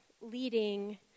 leading